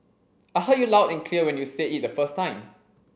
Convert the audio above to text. I heard you loud and clear when you said it the first time